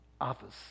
others